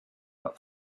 but